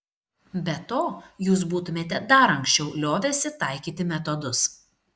be to jūs būtumėte dar anksčiau liovęsi taikyti metodus